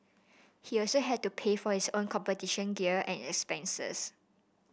he also had to pay for his own competition gear and expenses